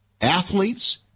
Athletes